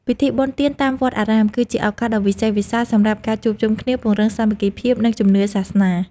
ពិធីបុណ្យទានតាមវត្តអារាម គឺជាឱកាសដ៏វិសេសវិសាលសម្រាប់ការជួបជុំគ្នាពង្រឹងសាមគ្គីភាព និងជំនឿសាសនា។